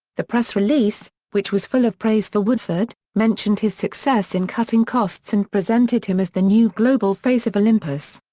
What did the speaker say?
the press release, which was full of praise for woodford, mentioned his success in cutting costs and presented him as the new global face of olympus.